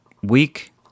week